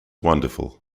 wonderful